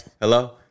Hello